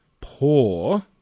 poor